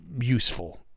useful